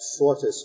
shortest